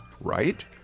right